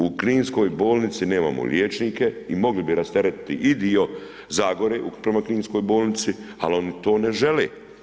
U kninskoj bolnici nemamo liječnike i mogli bi rasteretiti i dio zagore prema kninskoj bolnici ali oni to ne žele.